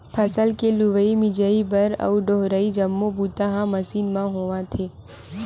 फसल के लुवई, मिजई बर अउ डोहरई जम्मो बूता ह मसीन मन म होवत हे